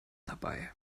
dabei